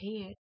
head